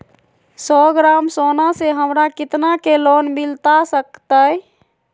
सौ ग्राम सोना से हमरा कितना के लोन मिलता सकतैय?